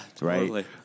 right